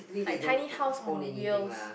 like tiny house on wheels